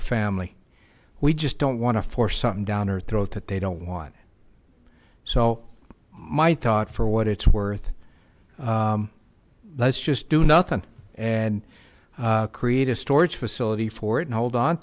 a family we just don't want to force something down our throat that they don't want so my thought for what it's worth let's just do nothing and create a storage facility for it and hold on